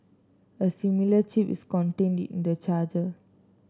a similar chip is contained in the charger